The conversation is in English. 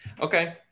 Okay